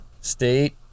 State